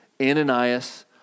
Ananias